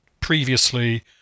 Previously